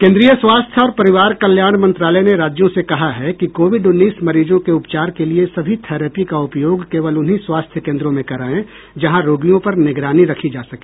केंद्रीय स्वास्थ्य और परिवार कल्याण मंत्रालय ने राज्यों से कहा है कि कोविड उन्नीस मरीजों के उपचार के लिए सभी थेरैपी का उपयोग केवल उन्हीं स्वास्थ्य केंद्रों में करायें जहां रोगियों पर निगरानी रखी जा सके